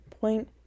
point